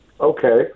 Okay